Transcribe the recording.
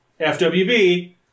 FWB